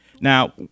Now